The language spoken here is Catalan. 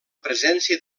presència